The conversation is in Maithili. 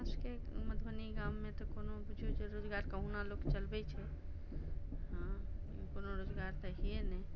हमरा सभकेँ तऽ मधुबनी गाँवमे तऽ कोनो रोजगार बुझू जे कहुना लोक चलबै छै हँ कोनो रोजगार तऽ छैहे नहि